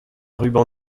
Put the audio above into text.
ruban